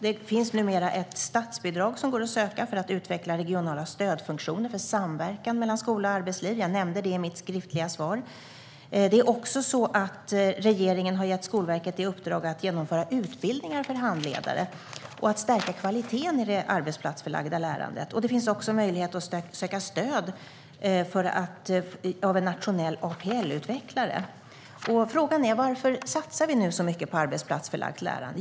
Det finns numera ett statsbidrag som går att söka för att utveckla regionala stödfunktioner för samverkan mellan skola och arbetsliv; jag nämnde det i mitt interpellationssvar. Regeringen har också gett Skolverket i uppdrag att genomföra utbildningar för handledare och stärka kvaliteten i det arbetsplatsförlagda lärandet. Det finns även möjlighet att söka stöd av en nationell APL-utvecklare. Frågan är varför vi nu satsar så mycket på arbetsplatsförlagt lärande.